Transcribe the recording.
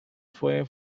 fue